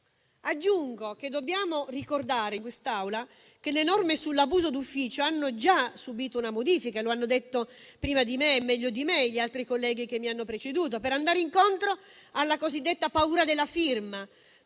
Aggiungo che dobbiamo ricordare in quest'Aula che le norme sull'abuso d'ufficio hanno già subìto una modifica - lo hanno detto meglio di me i colleghi che mi hanno preceduto - per andare incontro alla cosiddetta paura della firma,